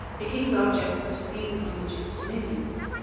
the king's object was to seize upon the duke's dominions.